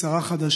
יש שרה חדשה,